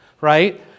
Right